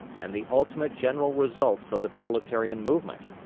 and the ultimate general results of the proletarian movement.